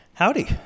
Howdy